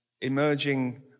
emerging